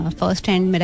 first-hand